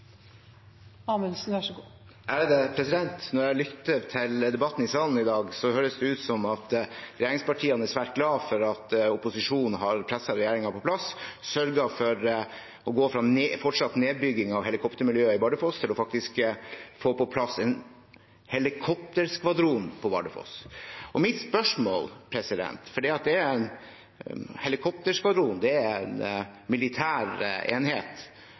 Når jeg lytter til debatten i salen i dag, høres det ut som om regjeringspartiene er svært glade for at opposisjonen har presset regjeringen på plass og sørget for å gå fra fortsatt nedbygging av helikoptermiljøet i Bardufoss til faktisk å få på plass en helikopterskvadron på Bardufoss. En helikopterskvadron er en militær enhet, og jeg vil gjerne at statsråden redegjør for hva det